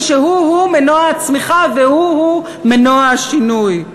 שהוא-הוא מנוע הצמיחה והוא-הוא מנוע השינוי.